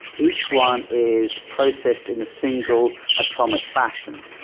each one is processed in a single atomic fashion.